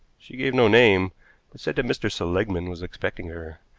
she gave no name, but said that mr. seligmann was expecting her.